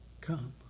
come